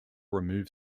remove